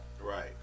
right